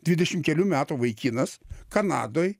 dvidešim kelių metų vaikinas kanadoj